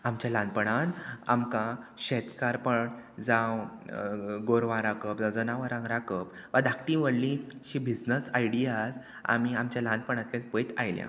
आमच्या ल्हानपणान आमकां शेतकारपण जावं गोरवां राखप जनावरांक राखप वा धाकटी व्हडली बिजनस आयडियाज आमी आमच्या ल्हानपणांतले पयत आयल्या